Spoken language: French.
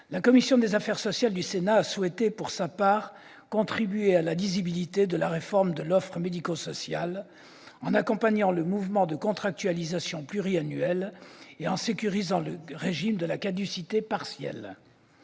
La commission des affaires sociales du Sénat a souhaité, pour sa part, contribuer à la lisibilité de la réforme de l'offre médico-sociale, en accompagnant le mouvement de contractualisation pluriannuelle et en sécurisant le régime de la caducité partielle.